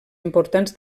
importants